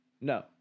No